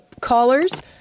callers